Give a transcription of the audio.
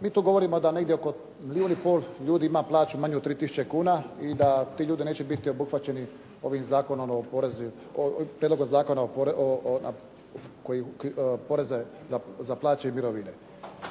Mi tu govorimo da negdje oko milijun i pol ljudi ima plaću manju od 3 tisuće kuna i da ti ljudi neće biti obuhvaćeni ovim Zakonom o porezu, Prijedlogom Zakona poreze za plaće i mirovine.